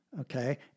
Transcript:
Okay